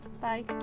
Bye